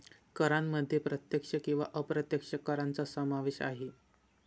करांमध्ये प्रत्यक्ष किंवा अप्रत्यक्ष करांचा समावेश आहे